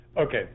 Okay